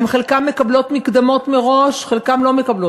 חלקן מקבלות מקדמות מראש וחלקן לא.